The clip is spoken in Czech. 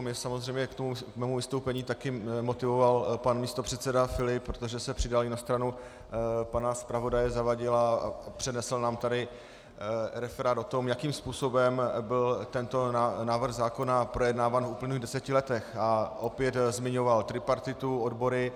Mě samozřejmě k tomu vystoupení také motivoval pan místopředseda Filip, protože se přidal i na stranu pana zpravodaje Zavadila a přednesl nám tu referát o tom, jakým způsobem byl tento návrh zákona projednáván v uplynulých deseti letech, a opět zmiňoval tripartitu, odbory.